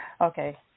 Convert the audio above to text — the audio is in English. Okay